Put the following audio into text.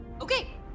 Okay